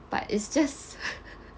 but it's just